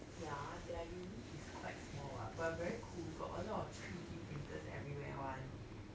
ya their uni is quite small but very cool got a lot of three D printers everywhere one